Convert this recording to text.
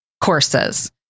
courses